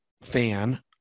fan